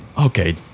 Okay